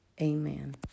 amen